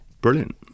Brilliant